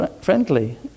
friendly